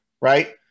right